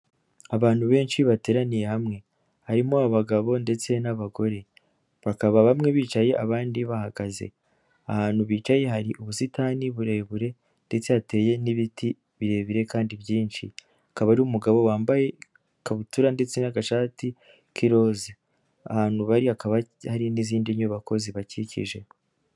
Abantu benshi bateraniye hamwe harimo abagabo ndetse n'abagore, bakaba bamwe bicaye abandi bahagaze; ahantu bicaye hari ubusitani burebure ndetse hateye n'ibiti birebire kandi byinshi hakaba hari umugabo wambaye ikabutura ndetse n'agashati k'iroza, ahantu bari hakaba hari n'izindi nyubako zibakikije.